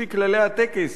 לפי כללי הטקס,